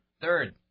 Third